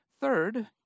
Third